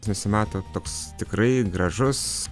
nusimato toks tikrai gražus